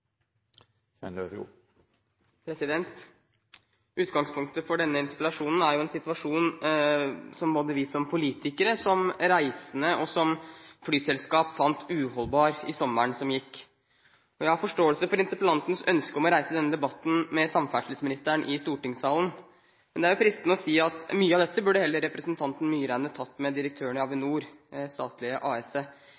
jo en situasjon som både vi som politikere, og reisende og også flyselskap fant uholdbar sommeren som gikk. Jeg har forståelse for interpellantens ønske om å reise denne debatten med samferdselsministeren i stortingssalen, men det er jo fristende å si at mye av dette burde representanten Myraune heller tatt med direktøren i